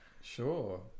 Sure